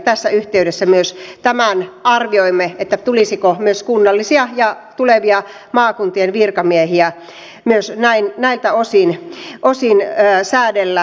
tässä yhteydessä myös arvioimme tulisiko myös kunnallisia ja tulevia maakuntien virkamiehiä näiltä osin säädellä karenssin osalta